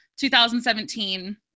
2017